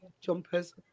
jumpers